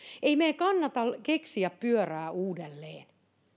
ei meidän kannata keksiä pyörää uudelleen